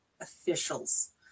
officials